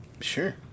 Sure